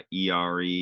ere